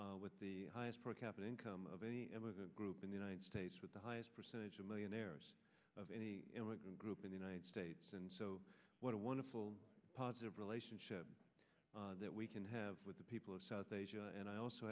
also with the highest per capita income of any group in the united states with the highest percentage of millionaires of any immigrant group in the united states and so what a wonderful positive relationship that we can have with the people of south asia and i also